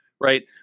right